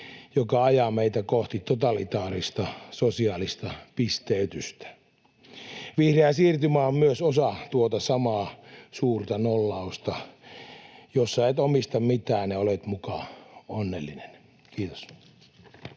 joka ajaa meitä kohti totalitaarista sosiaalista pisteytystä. Vihreä siirtymä on myös osa tuota samaa suurta nollausta, jossa et omista mitään ja olet muka onnellinen. — Kiitos.